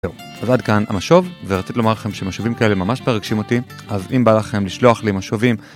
זהו, ועד כאן המשוב, ורציתי לומר לכם שמשובים כאלה ממש מרגשים אותי, אז אם בא לכם לשלוח לי משובים...